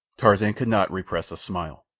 tarzan could not repress a smile.